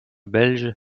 belge